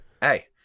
Hey